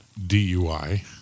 DUI